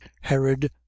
herod